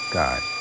god